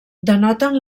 denoten